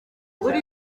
muri